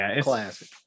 classic